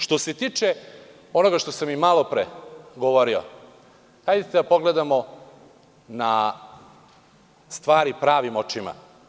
Što se tiče onoga što sam i malopre govorio, hajde da pogledamo na stvari pravim očima.